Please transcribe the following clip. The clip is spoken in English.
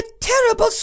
terrible